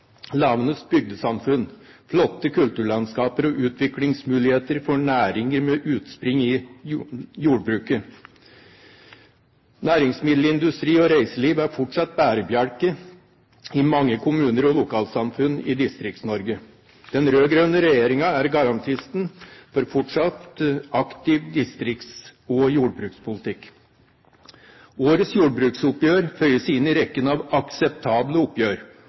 bygdesamfunn, flotte kulturlandskap og utviklingsmuligheter for næringer med utspring i jordbruket. Næringsmiddelindustri og reiseliv er fortsatt bærebjelker i mange kommuner og lokalsamfunn i Distrikts-Norge. Den rød-grønne regjeringen er garantisten for fortsatt aktiv distrikts- og jordbrukspolitikk. Årets jordbruksoppgjør føyer seg inn i rekken av akseptable oppgjør